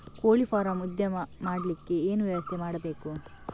ಕೋಳಿ ಫಾರಂ ಉದ್ಯಮ ಮಾಡಲಿಕ್ಕೆ ಏನು ವ್ಯವಸ್ಥೆ ಮಾಡಬೇಕು?